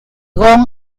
obregón